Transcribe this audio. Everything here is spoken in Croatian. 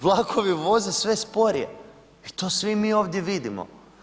Vlakovi voze sve sporije i to svi mi ovdje vidimo.